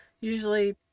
usually